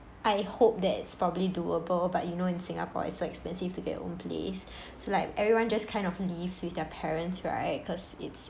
I hope that it's probably doable but you know in singapore it's so expensive to get your own place so like everyone just kind of lives with their parents right cause it's